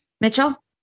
mitchell